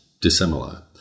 dissimilar